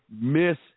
miss